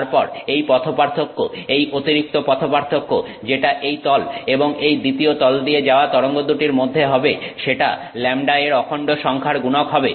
তারপর এই পথপার্থক্য এই অতিরিক্ত পথপার্থক্য যেটা এই তল এবং এই দ্বিতীয় তল দিয়ে যাওয়া তরঙ্গ দুটির মধ্যে হবে সেটা λ এর অখন্ড সংখ্যার গুণক হবে